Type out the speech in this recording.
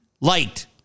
Light